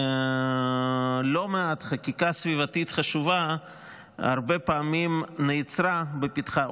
לא מעט חקיקה סביבתית חשובה הרבה פעמים נעצרה בפתחה,